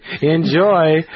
Enjoy